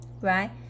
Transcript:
right